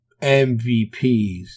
MVPs